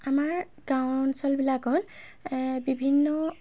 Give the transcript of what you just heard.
আমাৰ গাঁও অঞ্চলবিলাকত বিভিন্ন